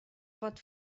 pot